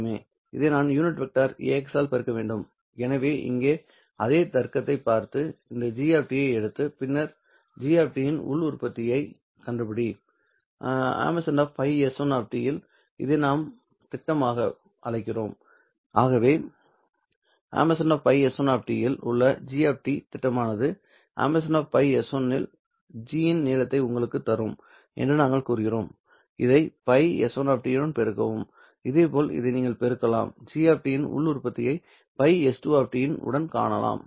இதை நான் unit vector âx ஆல் பெருக்க வேண்டும் எனவே இங்கே அதே தர்க்கத்தைப் பார்த்து இந்த g ஐ எடுத்து பின்னர் g இன் உள் உற்பத்தியைக் கண்டுபிடி ϕS1 இல் இதை நாம் திட்டமாக அழைக்கிறோம் ஆகவே ϕS1 இல் உள்ள g திட்டமானது ϕS1 இல் g இன் நீளத்தை உங்களுக்குத் தரும் என்று நாங்கள் கூறுகிறோம் இதை ϕS1 உடன் பெருக்கவும் இதே போல் இதை நீங்கள் பெருக்கலாம் g இன் உள் உற்பத்தியை ϕS2 உடன் காணலாம்